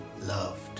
loved